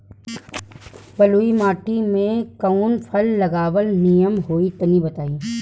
बलुई माटी में कउन फल लगावल निमन होई तनि बताई?